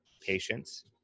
patients